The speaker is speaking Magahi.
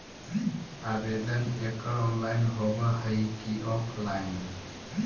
आवेदन एकड़ ऑनलाइन होव हइ की ऑफलाइन?